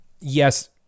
Yes